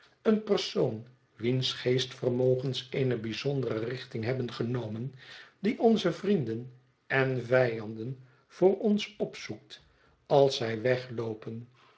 een persoon wiens geestvermogens eene bijzondere richting hebben genomen die onze vrienden en vijanden voor ons opzoekt als zij wegloopen